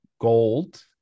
gold